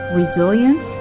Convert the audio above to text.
resilience